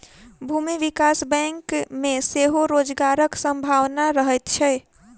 भूमि विकास बैंक मे सेहो रोजगारक संभावना रहैत छै